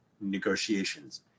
negotiations